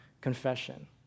confession